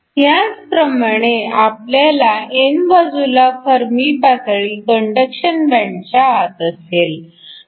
ह्याचप्रमाणे आपल्याला n बाजूला फर्मी पातळी कंडक्शन बँडच्या आत असेल